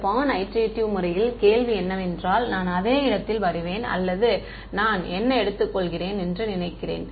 இந்த பார்ன் ஐடெரேட்டிவ் முறையில் கேள்வி என்னவென்றால் நான் அதே இடத்தில் வருவேன் அல்லது நான் என்ன எடுத்துக்கொள்கிறேன் என்று நினைக்கிறேன்